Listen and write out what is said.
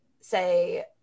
say